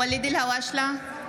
(קוראת בשמות חברי הכנסת) ואליד אלהואשלה,